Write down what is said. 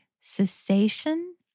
cessation